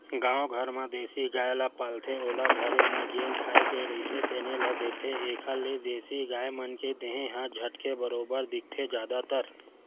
गाँव घर म देसी गाय ल पालथे ओला घरे म जेन खाए के रहिथे तेने ल देथे, एखर ले देसी गाय मन के देहे ह झटके बरोबर दिखथे जादातर